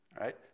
right